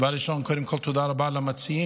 קודם כול תודה רבה למציעים,